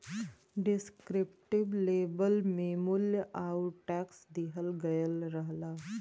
descriptive label में मूल्य आउर टैक्स दिहल गयल रहला